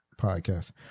podcast